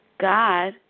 God